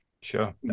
Sure